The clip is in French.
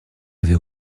avait